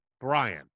Brian